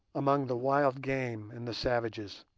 among the wild game and the savages.